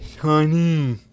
Honey